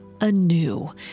anew